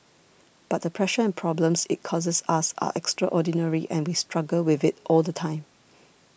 but the pressure and problems it causes us are extraordinary and we struggle with it all the time